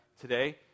today